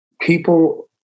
People